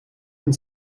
and